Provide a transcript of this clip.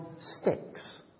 sticks